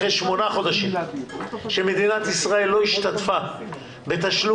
אחרי שמונה חודשים שמדינת ישראל לא השתתפה בתשלום